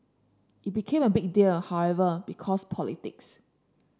it became a big deal however because politics